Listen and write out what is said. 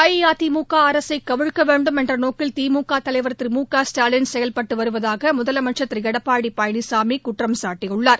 அஇஅதிமுக அரசை கவிழ்க்க வேண்டும் என்ற நோக்கில் திமுக தலைவர் திரு மு க ஸ்டாலின் செயல்பட்டு வருவதாக முதலமைச்சள் திரு எடப்பாடி பழனிசாமி குற்றம்சாட்டியுள்ளார்